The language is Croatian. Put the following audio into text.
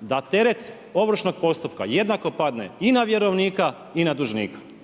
da teret ovršnog postupka jednako padne i na vjerovnika i na dužnika?